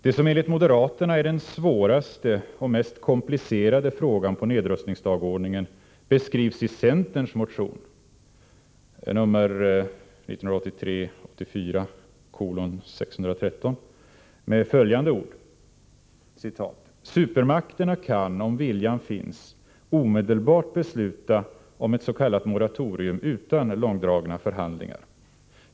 Det som enligt moderaterna är den svåraste och mest komplicerade frågan på nedrustningsdagordningen beskrivs i centerns motion nr 1983/84:613 med följande ord: ”Supermakterna kan, om viljan finns, omedelbart besluta om ett s.k. moratorium utan långdragna förhandlingar.